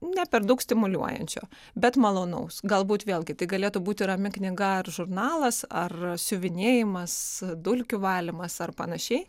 ne per daug stimuliuojančio bet malonaus galbūt vėlgi tai galėtų būti rami knyga ar žurnalas ar siuvinėjimas dulkių valymas ar panašiai